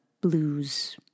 blues